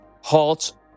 halt